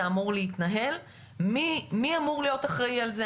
אמור להתנהל ומי אמור להיות אחראי על זה.